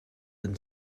and